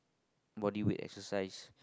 body weight exercise